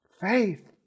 faith